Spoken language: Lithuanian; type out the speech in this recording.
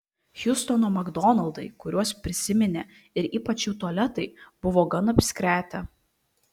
hjustono makdonaldai kuriuos prisiminė ir ypač jų tualetai buvo gan apskretę